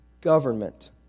government